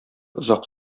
озак